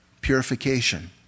purification